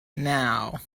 now